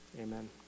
amen